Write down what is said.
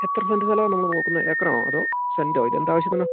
എത്ര സെൻറ് സ്ഥലമാണ് നിങ്ങൾ നോക്കുന്നത് ഏക്കാറാണോ അതൊ സെൻറ്റോ ഇത് എന്താവശ്യത്തിനാ